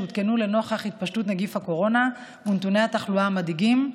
שהותקנו נוכח התפשטות נגיף הקורונה ונתוני התחלואה המדאיגים,